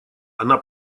она